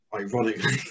ironically